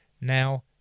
now